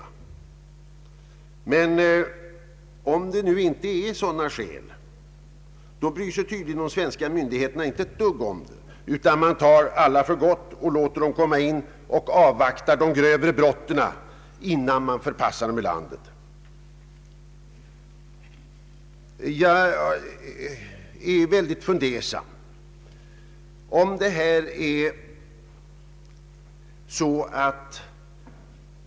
Om det inte föreligger sådana skäl att vederbörande söker uppehållstillstånd för att han vill hålla sig undan krigstjänstgöring, så bryr sig tydligen de svenska myndigheterna inte ett dugg om det. Man tar alla för gott, låter dem komma in och avvaktar grövre brottsliga handlingar innan man förpassar dem ur landet. Detta gör mig mycket fundersam.